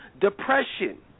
depression